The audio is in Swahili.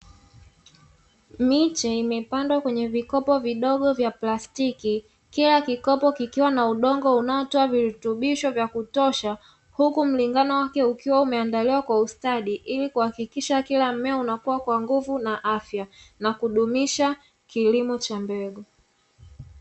Miche imepandwa kwenye vikopo vidogo vya plastiki, kila kikopo kikiwa na udongo unaotoa virutubisho vya kutosha huku mlingano wake ukiwa umeandaliwa kwa ustadi, ili kuhakikisha kila mmea unakuwa kwa nguvu na afya na kudumisha kilimo cha mbegu.